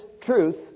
truth